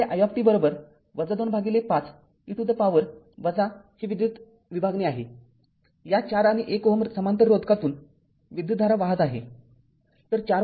तर हे i t २५ e to the power ही विद्युत विभागणी आहे या ४आणि १ Ω समांतर रोधकातून विद्युतधारा वाहत आहे